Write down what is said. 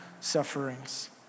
sufferings